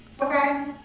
Okay